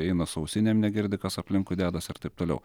eina su ausinėm negirdi kas aplinkui dedas ir taip toliau